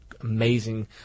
amazing